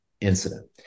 incident